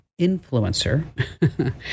influencer